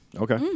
Okay